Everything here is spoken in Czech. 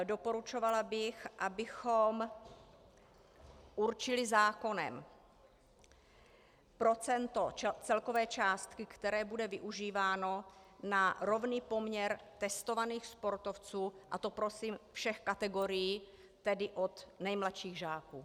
Doporučovala bych, abychom určili zákonem procento celkové částky, které bude využíváno na rovný poměr testovaných sportovců, a to prosím všech kategorií, tedy od nejmladších žáků.